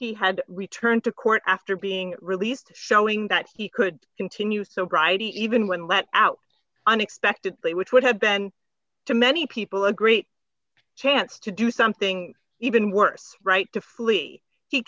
he had returned to court after being released showing that he could continue so bright even when let out unexpectedly which would have been to many people a great chance to do something even worse right to flee he